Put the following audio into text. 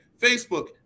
Facebook